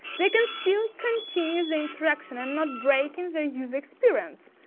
they can still continue the interaction, i'm not breaking their user experience.